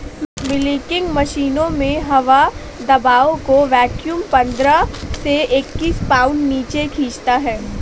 milking मशीनों में हवा दबाव को वैक्यूम पंद्रह से इक्कीस पाउंड नीचे खींचता है